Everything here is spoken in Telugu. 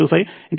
610 196